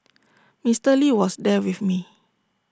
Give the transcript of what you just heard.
Mister lee was there with me